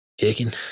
Chicken